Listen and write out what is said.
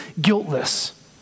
guiltless